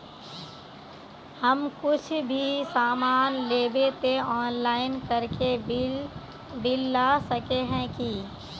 हम कुछ भी सामान लेबे ते ऑनलाइन करके बिल ला सके है की?